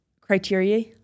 criteria